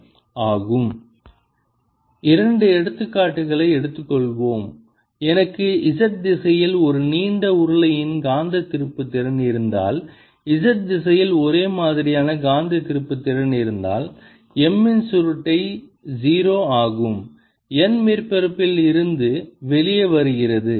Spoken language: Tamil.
Kbound nM jboundM இரண்டு எடுத்துக்காட்டுகளை எடுத்துக்கொள்வோம் எனக்கு z திசையில் ஒரு நீண்ட உருளையின் காந்த திருப்புத்திறன் இருந்தால் z திசையில் ஒரே மாதிரியான காந்த திருப்புத்திறன் இருந்தால் M இன் சுருட்டை 0 ஆகும் n மேற்பரப்பில் இருந்து வெளியே வருகிறது